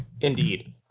Indeed